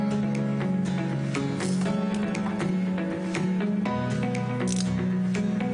הסרטון